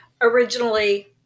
originally